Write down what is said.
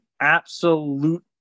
absolute